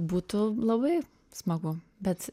būtų labai smagu bet